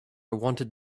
wanted